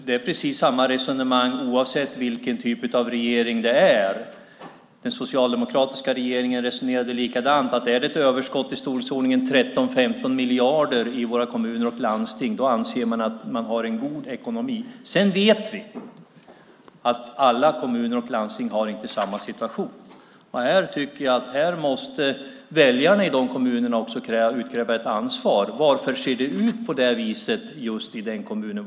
Det är precis samma resonemang, oavsett vilken typ av regering det är. Den socialdemokratiska regeringen resonerade likadant. Är det ett överskott i storleksordningen 13-15 miljarder i våra kommuner och landsting anser man att de har en god ekonomi. Vi vet dock att alla kommuner och landsting inte har samma situation. Här tycker jag att väljarna i de kommunerna också måste utkräva ett ansvar. Varför ser det ut på det viset just i den kommunen?